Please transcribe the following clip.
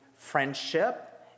friendship